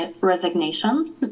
resignation